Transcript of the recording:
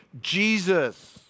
Jesus